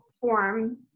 form